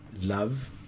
Love